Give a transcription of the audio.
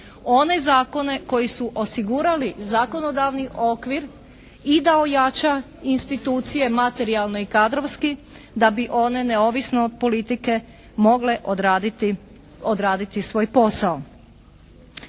one zakone koji su osigurali zakonodavni okvir i da ojača institucije materijalno i kadrovski da bi one neovisno od politike mogle odraditi svoj posao.